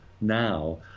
now